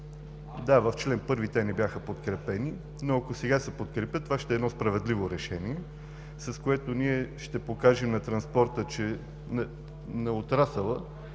Да в чл. 1 те не бяха подкрепени, но ако сега се подкрепят, това ще е едно справедливо решение, с което ние ще покажем на отрасъла, че не е